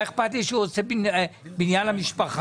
מה אכפת לי שהוא רוצה בניין למשפחה?